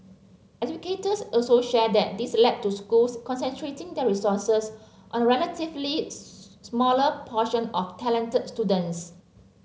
educators also shared that this led to schools concentrating their resources on a relatively smaller portion of talented students